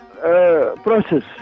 process